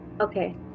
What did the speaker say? Okay